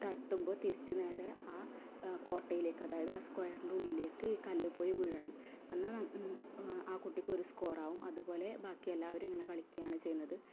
തട്ടുമ്പോൾ തിരിച്ചു നേരെ ആ കോട്ടയിലേക്ക് അതായത് ആ സ്ക്വയറിന്റെ ഉള്ളിലേക്ക് ഈ കല്ല് പോയി വീഴണം എന്നാൽ ആ കുട്ടിക്ക് ഒരു സ്കോർ ആവും അതുപോലെ ബാക്കിയെല്ലാവരും ഇങ്ങനെ കളിക്കുകയാണ് ചെയ്യുന്നത്